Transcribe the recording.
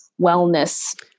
wellness